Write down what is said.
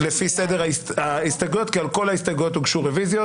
הרביזיה על הסתייגות מס' 1. מי בעד הרביזיה,